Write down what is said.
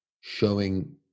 showing